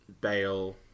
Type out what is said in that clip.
Bale